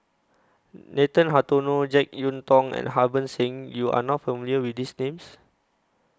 Nathan Hartono Jek Yeun Thong and Harbans Singh YOU Are not familiar with These Names